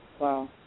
wow